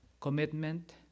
commitment